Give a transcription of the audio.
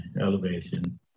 elevation